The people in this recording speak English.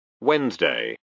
Wednesday